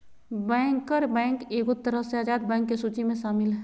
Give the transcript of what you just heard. banker bank एगो तरह से आजाद बैंक के सूची मे शामिल हय